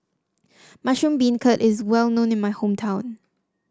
Mushroom Beancurd is well known in my hometown